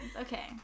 Okay